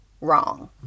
wrong